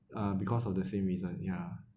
uh because of the same reason ya